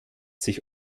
sich